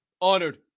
honored